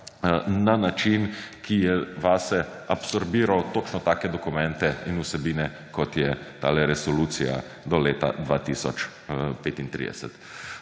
na način, ki je vase absorbiral točno take dokumente in vsebine, kot je tale resolucija do leta 2035.